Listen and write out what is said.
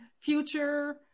future